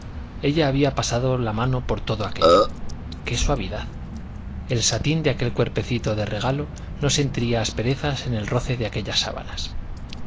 ella había pasado la mano por todo aquello qué suavidad el satín de aquel cuerpecito de regalo no sentiría asperezas en el roce de aquellas sábanas